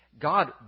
God